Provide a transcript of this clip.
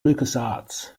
lucasarts